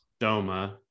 doma